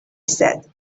said